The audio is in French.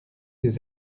des